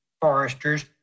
foresters